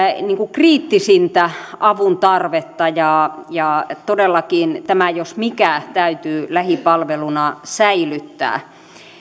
kriittisintä avuntarvetta ja ja todellakin tämä jos mikä täytyy lähipalveluna säilyttää